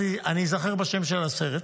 אני אזכר בשם של הסרט.